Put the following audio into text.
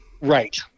Right